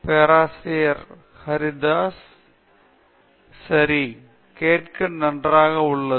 பேராசிரியர் பிரதாப் ஹரிதாஸ் சரி கேட்க நல்லது